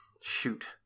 shoot